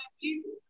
people